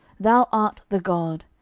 thou art the god,